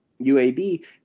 UAB